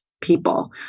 People